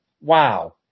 wow